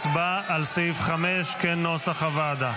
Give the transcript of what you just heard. הצבעה על סעיף 5 כנוסח הוועדה.